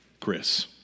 Chris